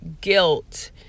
guilt